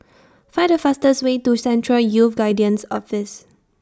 Find The fastest Way to Central Youth Guidance Office